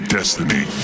Destiny